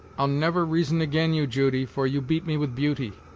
i'll never reason ag'in you, judy, for you beat me with beauty,